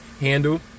handle